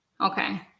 Okay